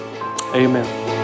Amen